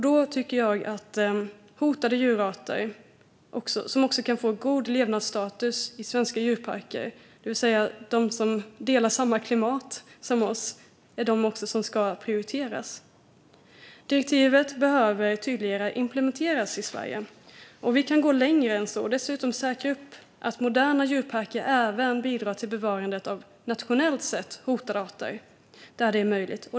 Då tycker jag att hotade djurarter som också kan få en god levnadsstatus i svenska djurparker, det vill säga de som har samma klimat som vi, också är de som ska prioriteras. Direktivet behöver tydligare implementeras i Sverige, och vi kan gå längre än så och dessutom säkra att moderna djurparker även bidrar till bevarandet av nationellt sett hotade arter, där det är möjligt.